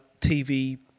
TV